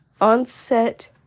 onset